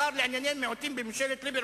השר לענייני מיעוטים בממשלת ליברמן.